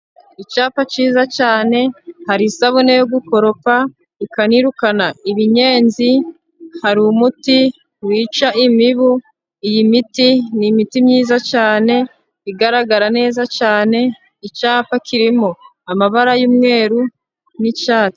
Icyapa cyiza cyane, hari isabune yo gukoropa ikanirukana ibinyenzi, hari umuti wica imibu, iyi miti ni imiti myiza cyane igaragara neza cyane, icyapa kirimo amabara y'umweru ni'icyatsi.